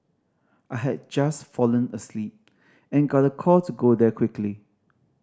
I had just fallen asleep and got a call to go there quickly